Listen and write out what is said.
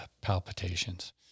palpitations